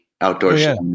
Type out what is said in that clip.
outdoor